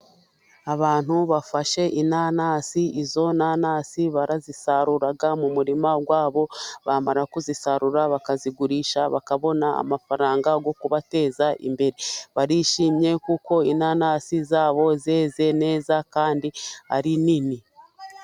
Abantu bafashe inanasi, izo nanasi barazisarura mu murima wabo, bamara kuzisarura bakazigurisha, bakabona amafaranga yo kubateza imbere, barishimye kuko inanasi zabo zeze neza kandi ari nini.